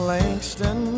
Langston